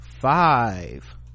five